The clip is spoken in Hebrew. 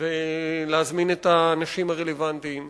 ולהשמיע את האנשים הרלוונטיים.